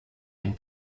une